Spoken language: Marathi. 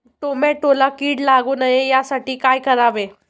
टोमॅटोला कीड लागू नये यासाठी काय करावे?